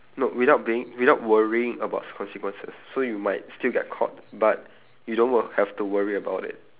no without being without worrying about consequences so you might still get caught but you don't wo~ have to worry about it